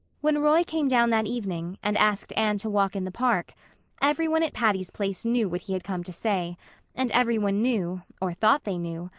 when roy came down that evening and asked anne to walk in the park every one at patty's place knew what he had come to say and every one knew, or thought they knew,